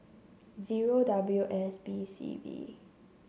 zero W S B C B